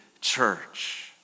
church